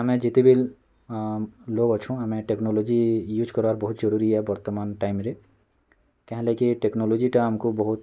ଆମେ ଯେତେ ବିଲ୍ ଲୋଗ୍ ଅଛୁ ଆମେ ଟେକ୍ନୋଲୋଜି ୟୁଜ୍ କର୍ବାର୍ ବହୁତ୍ ଜରୁରୀ ଏ ବର୍ତ୍ତମାନ ଟାଇମ୍ରେ କାଁ ହେଲା କି ଟେକ୍ନୋଲୋଜିଟା ଆମ୍କୁ ବହୁତ୍